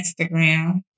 Instagram